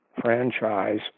franchise